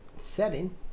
setting